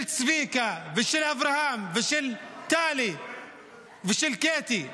של צביקה, של אברהם, ושל טלי ושל קטי.